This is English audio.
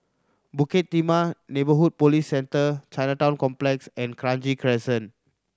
Bukit Timah Neighbourhood Police Centre Chinatown Complex and Kranji Crescent